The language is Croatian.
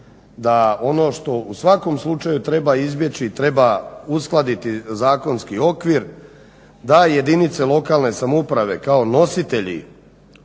da ono što u svakom slučaju treba izbjeći i treba uskladiti zakonski okvir, da jedinice lokalne samouprave kao nositelji